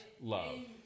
love